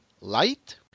light